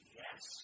yes